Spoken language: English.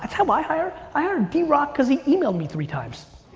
that's how i hire. i hired d rock cause he emailed me three times.